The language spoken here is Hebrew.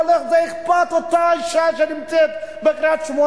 אבל זה אכפת לאותה אשה שנמצאת בקריית-שמונה,